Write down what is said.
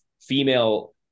female